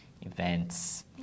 events